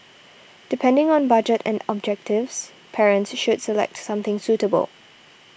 depending on budget and objectives parents should select something suitable